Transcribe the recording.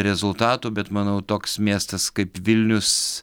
rezultatų bet manau toks miestas kaip vilnius